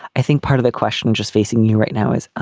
i think part of the question just facing you right now is ah